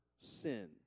sin